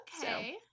Okay